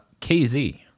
kz